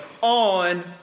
on